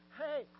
hey